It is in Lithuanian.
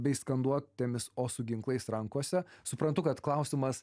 bei skanduotėmis o su ginklais rankose suprantu kad klausimas